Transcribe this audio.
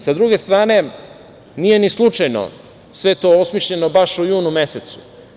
S druge strane, nije ni slučajno sve to osmišljeno baš u junu mesecu.